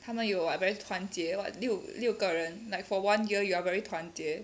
他们有 [what] very 团结 [what] 六六个人 like for one year you are very 团结